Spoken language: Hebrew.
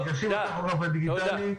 ניגשים לטכוגרף הדיגיטלי,